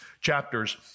chapters